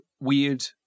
weird